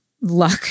luck